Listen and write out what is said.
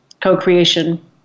Co-creation